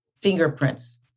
fingerprints